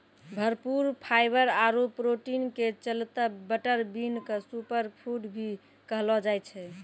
भरपूर फाइवर आरो प्रोटीन के चलतॅ बटर बीन क सूपर फूड भी कहलो जाय छै